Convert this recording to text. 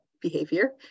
behavior